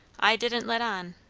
i didn't let on,